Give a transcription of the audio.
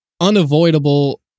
unavoidable